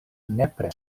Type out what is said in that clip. nepre